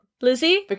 Lizzie